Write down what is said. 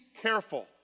careful